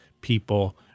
people